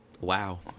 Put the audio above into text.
wow